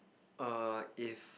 err if